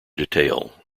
detail